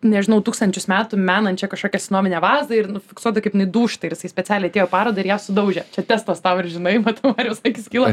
nežinau tūkstančius metų menančią kažkokią senovinę vazą ir nu fiksuota kaip jinai dūžta ir jisai specialiai atėjo į parodą ir ją sudaužė čia testas tau ar žinai vat mariaus akys kyla